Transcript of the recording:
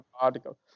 article